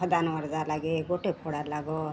खदानवर जा लागे गोटे फोडा लागं